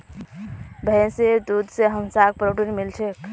भैंसीर दूध से हमसाक् प्रोटीन मिल छे